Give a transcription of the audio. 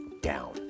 down